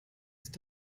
ist